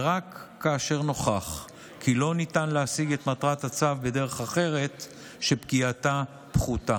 ורק כאשר נוכח כי לא ניתן להשיג את מטרת הצו בדרך אחרת שפגיעתה פחותה.